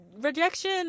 rejection